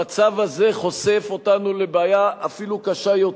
המצב הזה חושף אותנו לבעיה אפילו קשה יותר.